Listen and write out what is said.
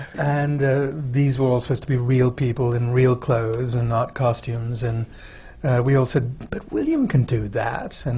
and these were all supposed to be real people in real clothes, and not costumes. and we all said, but william can do that. and